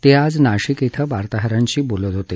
ते आज नाशिक इथं वार्ताहरांशी बोलत होते